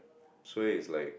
suay is like